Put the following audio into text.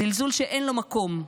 זלזול שאין לו מקום.